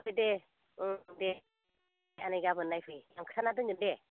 दे ओं दे आनै गाबोन नायफै आं खोन्थाना दोनगोन दे